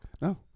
No